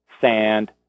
sand